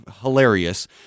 hilarious